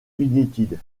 united